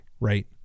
right